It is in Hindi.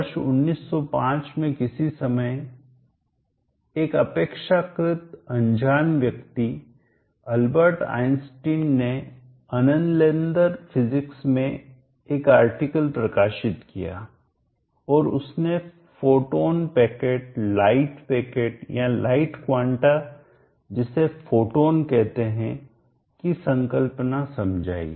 वर्ष 1905 में किसी समय एक अपेक्षाकृत अनजान व्यक्ति अल्बर्ट आइंस्टीन ने अन्नलेंदर फ़िज़िक्स में एक आर्टिकल प्रकाशित किया और उसने फोटोन पैकेट लाइट पैकेट या लाइट क्वांटा जिसे फोटोन कहते हैं की संकल्पना समझाई